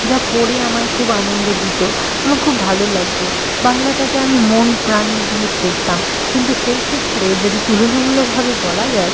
যা পড়ে আমার খুব আনন্দ দিত আমার খুব ভালো লাগত বাংলাটাকে আমি মন প্রাণ দিয়ে পড়তাম কিন্তু সেই ক্ষেত্রে যদি তুলনামূলকভাবে বলা যায়